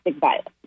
violence